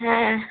হ্যাঁ